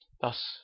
Thus